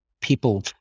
people